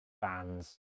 fans